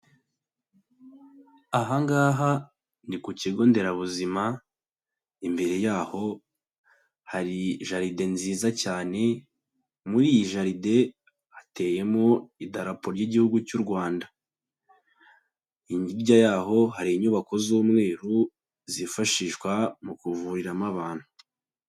Aha ngaha ni ku kigo nderabuzima, imbere y'aho hari jaride nziza cyane, muri iyi jaride hateyemo Idarapo ry'Igihugu cy'u Rwanda, hirya y'aho hari inyubako z'umweru zifashishwa mu kuvuriramo abantu.